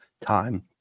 time